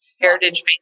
heritage